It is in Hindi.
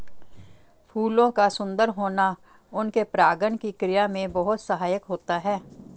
फूलों का सुंदर होना उनके परागण की क्रिया में बहुत सहायक होता है